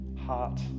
heart